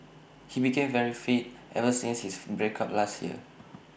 he became very fit ever since his break up last year